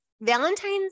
Valentine's